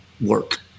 work